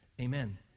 Amen